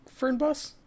Fernbus